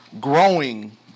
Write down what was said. growing